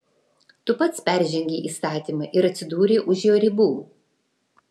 tu pats peržengei įstatymą ir atsidūrei už jo ribų